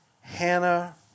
Hannah